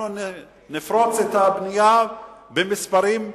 אנחנו נפרוץ את הבנייה במספרים מדהימים.